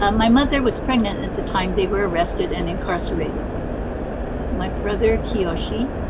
um my mother was pregnant at the time they were arrested and incarcerated my brother, kyoshi,